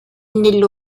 nello